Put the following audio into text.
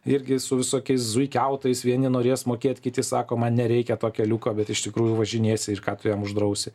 irgi su visokiais zuikiautojais vieni norės mokėt kiti sako man nereikia to keliuko bet iš tikrųjų važinėsi ir ką tu jam uždrausi